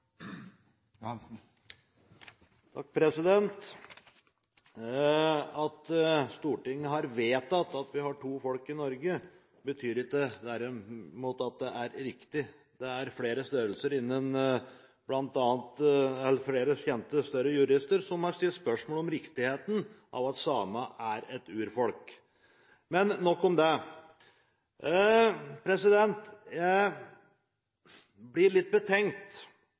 At Stortinget har vedtatt at vi har to folk i Norge, betyr derimot ikke at det er riktig. Det er flere kjente jurister av en viss størrelse som har stilt spørsmål ved riktigheten av at samer er et urfolk, men nok om det. Jeg blir litt betenkt